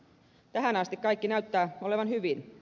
tähän asti kaikki näyttää olevan hyvin